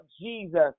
Jesus